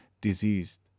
diseased